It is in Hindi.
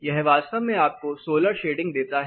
यह वास्तव में आपको सोलर शेडिंग देता है